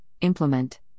implement